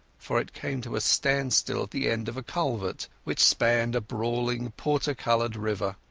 for it came to a standstill at the end of a culvert which spanned a brawling porter-coloured river.